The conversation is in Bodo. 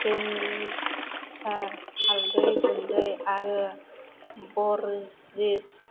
तिन सार हालदै गुन्दै आरो बरजिस